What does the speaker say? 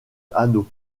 hanau